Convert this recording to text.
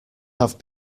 have